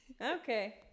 Okay